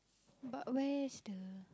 but where's the